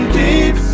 deep